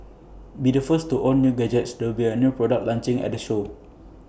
be the first to own new gadgets there will be A new products launching at the show